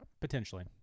Potentially